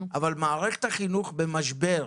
אבל מערכת החינוך במשבר,